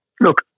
Look